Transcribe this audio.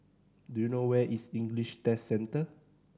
do you know where is English Test Centre